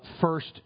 first